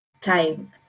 time